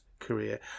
career